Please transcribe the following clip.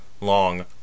long